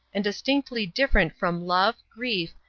and distinctly different from love, grief,